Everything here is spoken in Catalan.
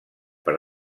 per